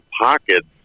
pockets